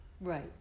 Right